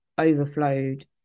overflowed